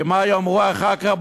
כי מה יאמרו אחר כך?